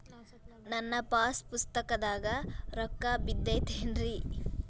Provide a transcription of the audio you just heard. ನನ್ನ ಪಾಸ್ ಪುಸ್ತಕದಾಗ ರೊಕ್ಕ ಬಿದ್ದೈತೇನ್ರಿ?